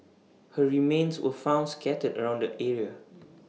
her remains were found scattered around the area